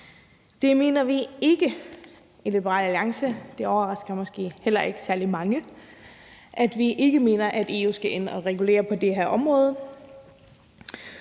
Det mener vi ikke i Liberal Alliance. Det overrasker måske heller ikke særlig mange, at vi ikke mener, at EU skal ind at regulere det her område.